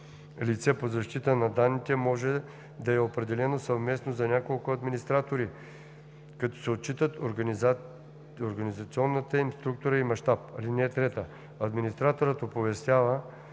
лице по защита на данните може да е определено съвместно за няколко администратори, като се отчитат организационната им структура и мащаб. (3) Администраторът оповестява